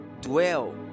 dwell